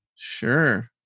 Sure